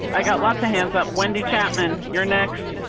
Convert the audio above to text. i got lots of hands up wendy chapman. you're next.